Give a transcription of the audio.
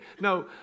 No